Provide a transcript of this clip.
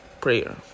Prayer